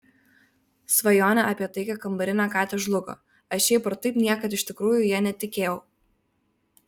svajonė apie taikią kambarinę katę žlugo aš šiaip ar taip niekad iš tikrųjų ja netikėjau